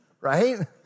right